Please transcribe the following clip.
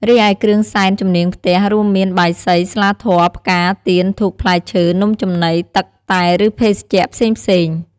រីឯគ្រឿងសែនជំនាងផ្ទះរួមមានបាយសី ស្លាធម៌ ផ្កា ទៀន ធូប ផ្លែឈើ នំចំណី ទឹក តែ ឬភេសជ្ជៈផ្សេងៗ។